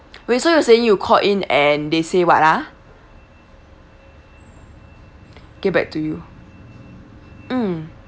wait so you're saying you called in and they say what ah get back to you mm